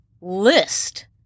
list